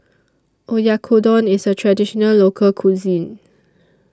Oyakodon IS A Traditional Local Cuisine